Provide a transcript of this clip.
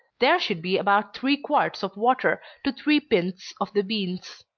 there should be about three quarts of water to three pints of the beans.